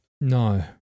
No